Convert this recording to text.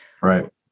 right